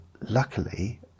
luckily